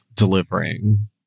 delivering